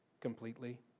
completely